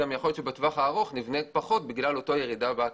שבטווח הארוך יכול להיות שנבנה פחות בגלל הירידה בכמות.